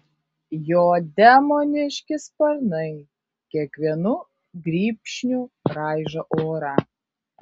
jo demoniški sparnai kiekvienu grybšniu raižo orą